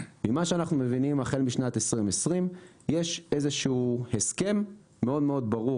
החל משנת 2020 יש איזה שהוא הסכם מאוד ברור